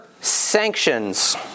sanctions